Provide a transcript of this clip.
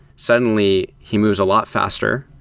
suddenly, he moves a lot faster.